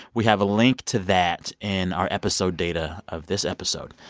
we have a link to that in our episode data of this episode.